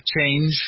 change